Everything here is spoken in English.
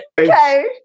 Okay